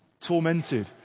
tormented